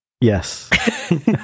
Yes